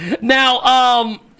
Now